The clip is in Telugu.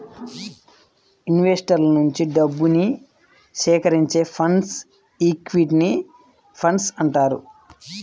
ఇన్వెస్టర్ల నుంచి డబ్బుని సేకరించే ఫండ్స్ను ఈక్విటీ ఫండ్స్ అంటారు